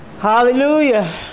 Hallelujah